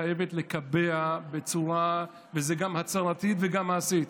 חייבת לקבע זאת גם הצהרתית וגם מעשית.